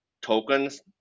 tokens